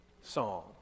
song